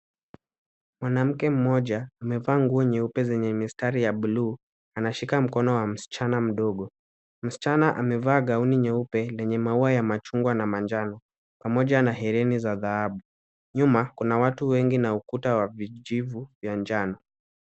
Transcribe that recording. Mwanamke mmoja, amevaa nguo nyeupe nye mistari ya bluu anashika mkono wa mchana mdogo. Mschana amevaa gauni nyeupe lenye maua ya machungwa na manjano. Pamoja na hereni za dhahabu. Nyuma, kuna watu wengi na ukuta wa vichivu vya njano.